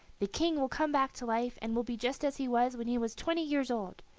the king will come back to life, and will be just as he was when he was twenty years old.